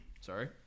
Sorry